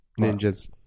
ninjas